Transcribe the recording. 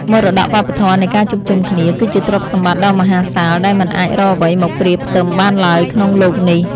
មរតកវប្បធម៌នៃការជួបជុំគ្នា គឺជាទ្រព្យសម្បត្តិដ៏មហាសាលដែលមិនអាចរកអ្វីមកប្រៀបផ្ទឹមបានឡើយក្នុងលោកនេះ។